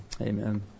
Amen